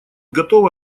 готов